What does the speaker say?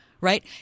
right